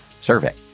survey